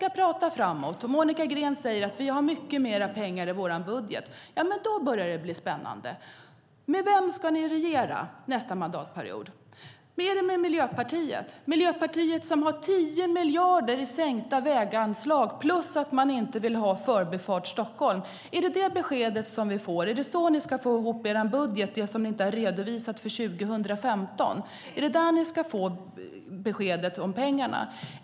Monica Green säger: Vi har mycket mer pengar i vår budget. Då börjar det bli spännande. Med vem ska ni regera nästa mandatperiod? Är det med Miljöpartiet? Miljöpartiet har 10 miljarder kronor i sänkta väganslag plus att man inte vill ha Förbifart Stockholm. Är det detta besked vi får? Är det så ni ska få ihop er budget, det som inte har redovisats för 2015? Är det där ni ska ge beskedet om pengarna?